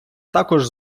також